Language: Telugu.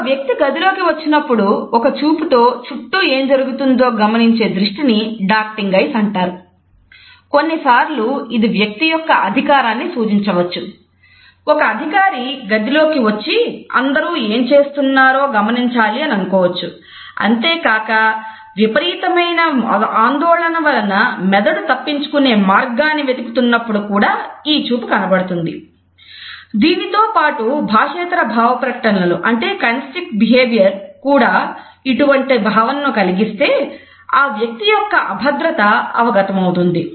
ఒక వ్యక్తి గదిలోకి వచ్చినప్పుడు ఒక్క చూపుతో చుట్టూ ఏం జరుగుతోందో గమనించే దృష్టిని డార్టీన్గ్ ఐస్ కూడా ఇటువంటి భావనను కలిగిస్తే ఆ వ్యక్తి యొక్క అభద్రత అవగతమౌతుంది